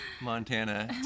Montana